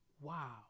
wow